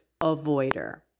avoider